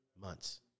months